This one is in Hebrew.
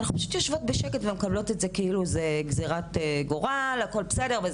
אנחנו פשוט יושבות בשקט ומקבלות את זה כאילו זאת גזרת גורל והכול בסדר.